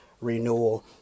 Renewal